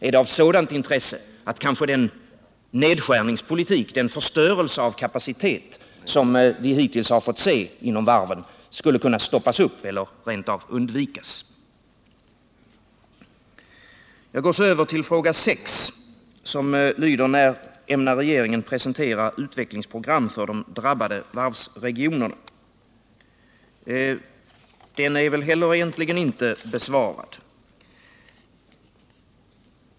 Är det kanske av sådant intresse att den nedskärningspolitik, den förstörelse av kapacitet som vi hittills har fått se inom varven skulle kunna stoppas eller rent av undvikas? Jag går så över till fråga 6, som lyder: När ämnar regeringen presentera utvecklingsprogram för de drabbade varvsregionerna? Den frågan är väl egentligen inte heller besvarad.